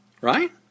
Right